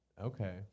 Okay